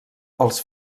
els